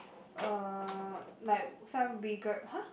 uh like some rigor !huh!